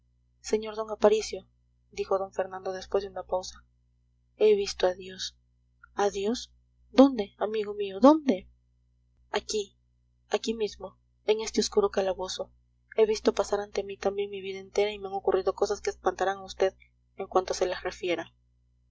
sr d aparicio dijo d fernando después de una pausa he visto a dios a dios dónde amigo mío dónde aquí aquí mismo en este oscuro calabozo he visto pasar ante mí también mi vida entera y me han ocurrido cosas que espantarán a vd en cuanto se las refiera